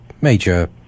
major